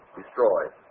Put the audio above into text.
destroyed